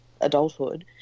adulthood